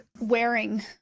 wearing